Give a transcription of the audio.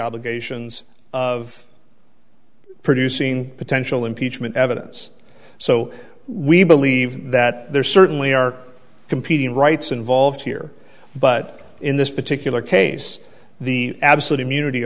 obligations of producing potential impeachment evidence so we believe that there certainly are competing rights involved here but in this particular case the absolute immunity